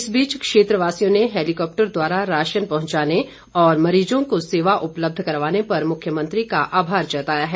इस बीच क्षेत्रवासियों ने हैलीकॉप्टर द्वारा राशन पहुंचाने और मरीजों को सेवा उपलब्ध करवाने पर मुख्यमंत्री का आभार जताया है